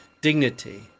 dignity